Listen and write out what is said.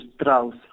Strauss